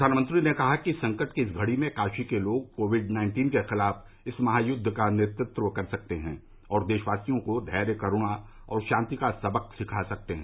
प्रधानमंत्री ने कहा कि संकट की इस घड़ी में काशी के लोग कोविड नाइन्टीन के खिलाफ इस महायुद्व का नेतृत्व कर सकते हैं और देशवासियों को धैर्य करुणा और शांति का सबक सिखा सकते हैं